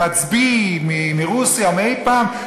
מצביא מרוסיה מאי-פעם,